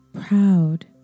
proud